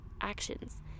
actions